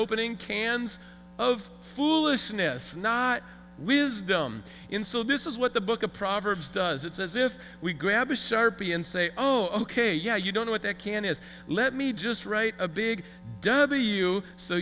opening cans of foolishness not really is them in so this is what the book of proverbs does it's as if we grab a sharpie and say oh ok yeah you don't know what that can is let me just write a big w so